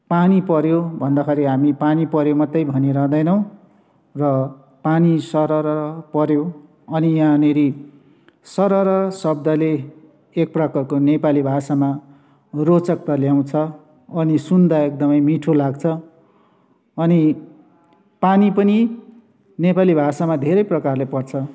पानी पऱ्यो भन्दाखेरि हामी पानी पऱ्यो मात्रै भनिरहदैनौँ र पानी सररर पऱ्यो अनि याँनिर सररर शब्दले एक प्रकारको नेपाली भाषामा रोचकता ल्याउँछ अनि सुन्दा एकदमै मिठो लाग्छ अनि पानी पनि नेपाली भाषामा धेरै प्रकारले पर्छ